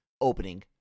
opening